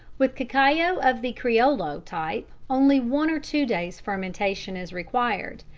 with cacao of the criollo type only one or two days fermentation is required,